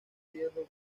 hierro